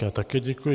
Já také děkuji.